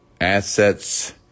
assets